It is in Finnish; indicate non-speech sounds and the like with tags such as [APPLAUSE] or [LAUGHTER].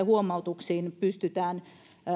[UNINTELLIGIBLE] huomautuksiin pystytään